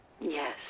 Yes